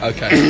Okay